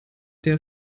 der